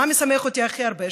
מה משמח אותי הכי הרבה?